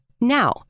Now